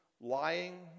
lying